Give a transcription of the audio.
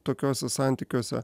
tokiuose santykiuose